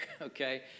okay